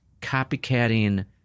copycatting